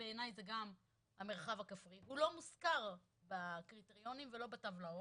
בעיני זה גם המרחב הכפרי שלא מוזכר בקריטריונים ולא בטבלאות.